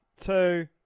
two